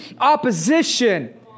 opposition